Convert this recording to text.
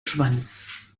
schwanz